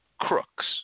Crooks